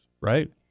right